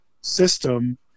system